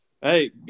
Hey